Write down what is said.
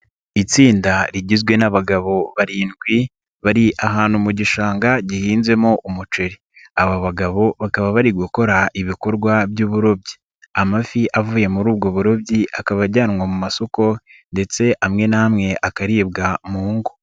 Itsinda rigizwe n'abagabo barindwi bari ahantu mu gishanga gihinzemo umuceri, aba bagabo bakaba bari gukora ibikorwa by'uburobyi, amafi avuye muri ubwo burobyi akaba ajyanwa mu masoko ndetse amwe n'amwe akaribwa mu ngo.